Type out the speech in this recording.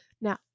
Now